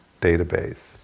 database